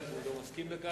האם אדוני מסכים לכך?